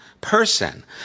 person